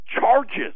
charges